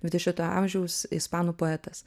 dvidešimto amžiaus ispanų poetas